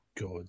God